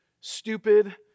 stupid